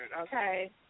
okay